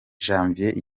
janvier